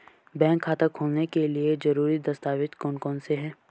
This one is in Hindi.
बैंक खाता खोलने के लिए ज़रूरी दस्तावेज़ कौन कौनसे हैं?